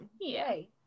Yay